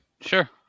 Sure